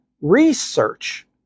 research